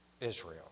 Israel